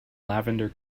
lavender